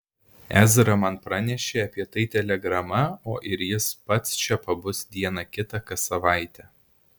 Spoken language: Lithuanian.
ezra man pranešė apie tai telegrama o ir jis pats čia pabus dieną kitą kas savaitę